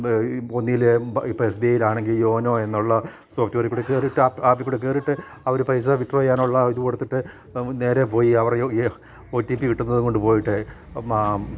ഒന്നുകിൽ ഇപ്പം S B ഐയിൽ ആണെങ്കിൽ യോനോ എന്നുള്ള സോഫ്റ്റ്വെയർ ഇവിടെ കേറിയി ട്ട് ആപ്പിവിടെ കേറിയിട്ട് അവർ പൈസ വിത്ത്ഡ്രോ ചെയ്യാനുള്ള ഇത് കൊടുത്തിട്ട് നേരെ പോയി അവർ ഒ ടി പി കിട്ടുന്നത് കൊണ്ട് പോയിട്ട്